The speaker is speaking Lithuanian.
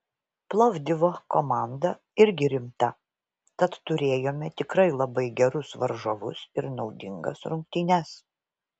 plovdivo komanda irgi rimta tad turėjome tikrai labai gerus varžovus ir naudingas rungtynes